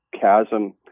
chasm